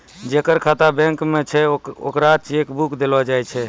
जेकर खाता बैंक मे छै ओकरा चेक बुक देलो जाय छै